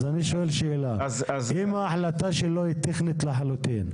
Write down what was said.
לכן אני שואל: אם ההחלטה שלו היא טכנית לחלוטין,